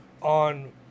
on